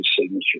signature